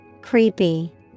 Creepy